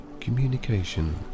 Communication